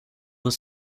were